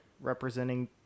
representing